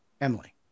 Emily